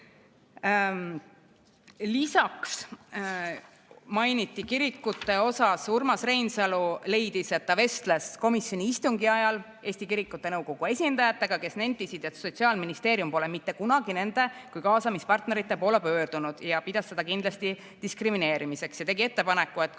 Lisaks mainiti kiriku kohta seda, et Urmas Reinsalu vestles komisjoni istungi ajal Eesti Kirikute Nõukogu esindajatega, kes nentisid, et Sotsiaalministeerium pole mitte kunagi nende kui kaasamispartnerite poole pöördunud. Ta pidas seda kindlasti diskrimineerimiseks ja tegi ettepaneku, et